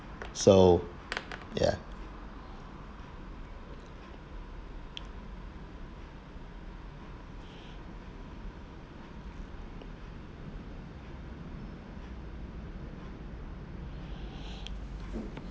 so ya